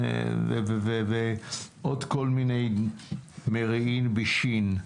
מאיראן ועוד כל מיני מרעין בישן.